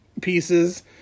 pieces